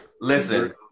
listen